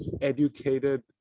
educated